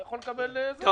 אתה יכול לקבל החזר,